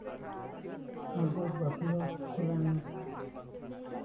ᱟᱵᱚ ᱵᱟᱸᱠᱩᱲᱟ ᱡᱮᱞᱟ ᱨᱮᱱᱟᱜ